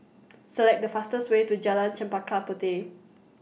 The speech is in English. Select The fastest Way to Jalan Chempaka Puteh